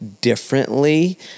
differently